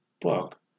book